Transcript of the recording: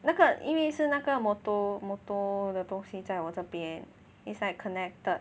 那个因为是那个 motor motor 的东西在我这边 it's like connected